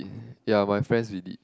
ya my friends we did